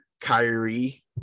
Kyrie –